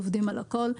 שעובדים בהן על הכל.